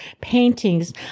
paintings